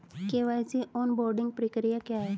KYC onboarding प्रक्रिया क्या है?